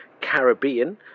caribbean